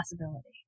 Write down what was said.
possibility